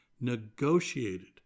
negotiated